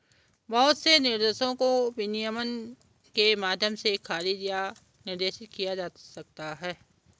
बहुत से निर्देशों को विनियमन के माध्यम से खारिज या निर्देशित किया जा सकता है